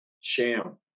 sham